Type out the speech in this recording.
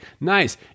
nice